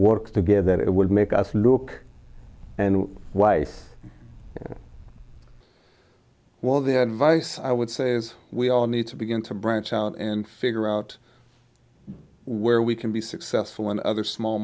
work together that it would make us look and wife while the advice i would say is we all need to begin to branch out and figure out where we can be successful in other small